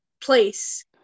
place